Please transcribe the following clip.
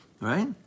right